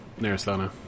Narasana